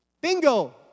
Bingo